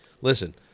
listen